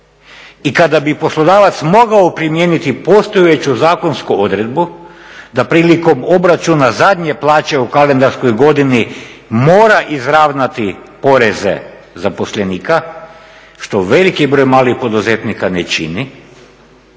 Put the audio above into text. i kada bi poslodavac mogao primijeniti postojeću zakonsku odredbu da prilikom obračuna zadnje plaće u kalendarskoj godini mora izravnati poreze zaposlenika što veliki broj malih poduzetnika ne čini,